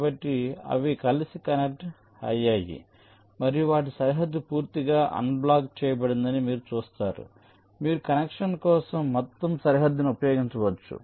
కాబట్టి అవి కలిసి కనెక్ట్ అయ్యాయి మరియు వాటి సరిహద్దు పూర్తిగా అన్బ్లాక్ చేయబడిందని మీరు చూస్తారు మీరు కనెక్షన్ కోసం మొత్తం సరిహద్దును ఉపయోగించవచ్చు